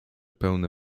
pełne